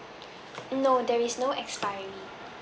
no there is no expiry